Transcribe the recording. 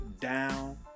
down